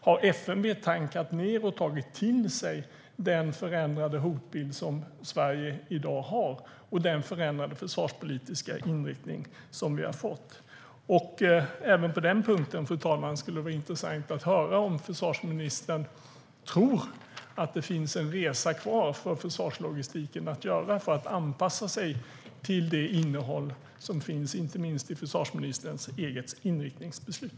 Har FMV tankat ned och tagit till sig den förändrade hotbild som Sverige i dag har och den förändrade försvarspolitiska inriktning som vi har fått? Även på den punkten, fru talman, skulle det vara intressant att höra om försvarsministern tror att det finns en resa kvar för försvarslogistiken att göra för att anpassa sig till det innehåll som finns inte minst i försvarsministerns eget inriktningsbeslut.